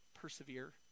persevere